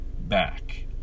back